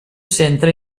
centre